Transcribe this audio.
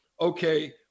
okay